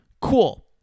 cool